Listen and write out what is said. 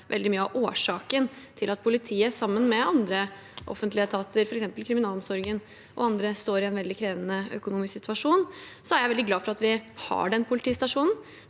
veldig mye av årsaken til at politiet, sammen med andre offentlige etater, f.eks. kriminalomsorgen, står i en veldig krevende økonomisk situasjon. Jeg er veldig glad for at vi har den politistasjonen.